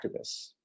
activists